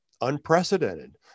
unprecedented